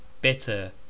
Bitter